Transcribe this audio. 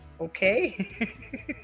okay